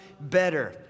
better